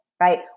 right